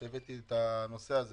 הבאתי את הנושא הזה